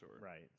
right